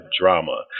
drama